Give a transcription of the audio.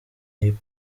hip